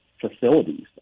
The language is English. facilities